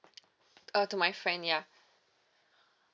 uh to my friend ya